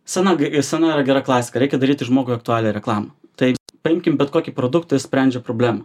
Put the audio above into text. sena sena gera klasika reikia daryti žmogui aktualią reklamą tai paimkim bet kokį produktą jis sprendžia problemą